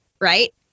right